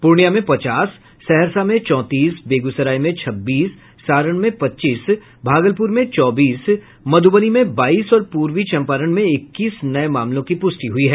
पूर्णिया में पचास सहरसा में चौंतीस बेगूसराय में छब्बीस सारण में पच्चीस भागलपुर में चौबीस मधुबनी में बाईस और पूर्वी चंपारण में इक्कीस नये मामलों की पुष्टि हुई है